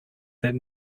that